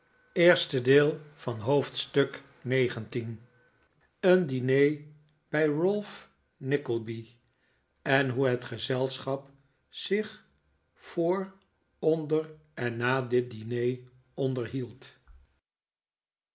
een diner bij ralph nickleby en hoe het gezelschap zich voor onder en na dit diner onderhield